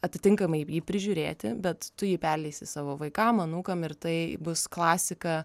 atitinkamai jį prižiūrėti bet tu jį perleisi savo vaikam anūkam ir tai bus klasika